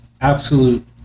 absolute